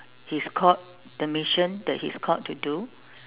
he is called the mission that he is called to do